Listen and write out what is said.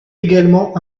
également